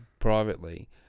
Privately